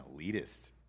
elitist